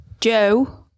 Joe